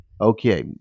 Okay